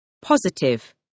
Positive